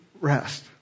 rest